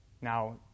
now